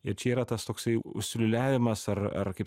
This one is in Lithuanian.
ir čia yra tas toksai užsiliūliavimas ar ar kaip